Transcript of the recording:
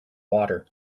water